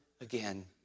again